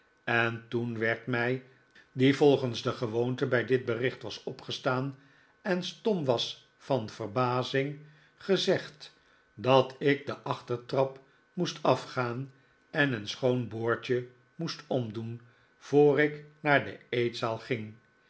en toen werd mij die volgens de gewoonte bij dit bericht was opgestaan en stom was van verbazing gezegd dat ik de achtertrap moest afgaan en een schoon boordje moest omdoen voor ik naar de eetzaal ging